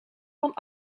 van